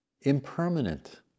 Impermanent